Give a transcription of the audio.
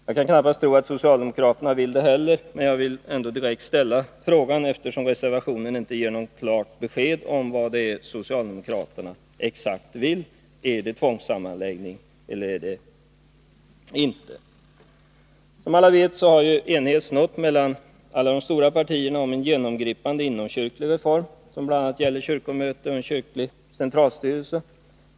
Jag kan knappast tro att socialdemokraterna vill det heller, men jag vill direkt ställa frågan, eftersom reservationen inte ger något klart besked om exakt vad socialdemokraterna vill: Är det tvångssammanläggning ni vill ha eller inte? 117 Som alla vet har enighet nåtts mellan alla de stora partierna om en genomgripande inomkyrklig reform, som bl.a. gäller kyrkomötet och en kyrklig centralstyrelse.